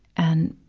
and,